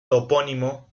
topónimo